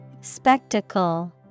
Spectacle